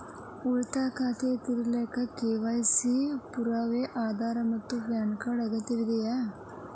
ಉಳಿತಾಯ ಖಾತೆಯನ್ನು ತೆರೆಯಲು ಕೆ.ವೈ.ಸಿ ಗೆ ಪುರಾವೆಯಾಗಿ ಆಧಾರ್ ಮತ್ತು ಪ್ಯಾನ್ ಕಾರ್ಡ್ ಅಗತ್ಯವಿದೆ